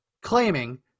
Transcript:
claiming